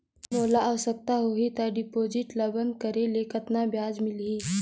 मोला आवश्यकता होही त डिपॉजिट ल बंद करे ले कतना ब्याज मिलही?